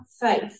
faith